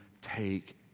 take